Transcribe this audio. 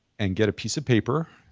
and get a piece of paper.